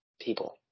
people